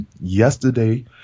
yesterday